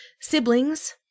siblings